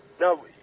No